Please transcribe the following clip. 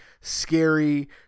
scary